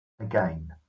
again